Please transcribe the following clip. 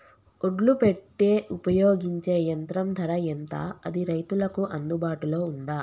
ఒడ్లు పెట్టే ఉపయోగించే యంత్రం ధర ఎంత అది రైతులకు అందుబాటులో ఉందా?